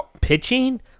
pitching